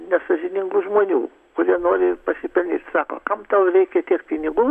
nesąžiningų žmonių kurie nori pasipelnyt sako kam tau reikia tiek pinigų